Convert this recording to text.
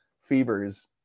fevers